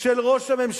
של ראש הממשלה,